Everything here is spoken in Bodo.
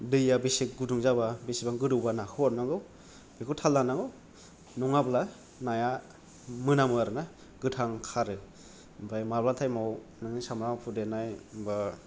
दैया बेसे गुदुं जाबा बेसेबां गोदौबा नाखौ हरनांगौ बेखौ थाल लानांगौ नङाब्ला नाया मोनामो आरोना गोथां खारो ओमफ्राय माब्ला टाइमआव नोंनि सामब्राम गुफुर देनाय बा